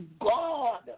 God